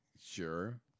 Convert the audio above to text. Sure